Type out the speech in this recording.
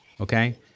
okay